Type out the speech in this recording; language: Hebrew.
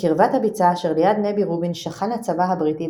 "בקרבת הביצה אשר ליד נבי-רובין שכן הצבא הבריטי,